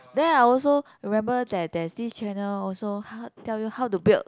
then I also remember that there is this channel also how tell you how to build